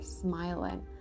smiling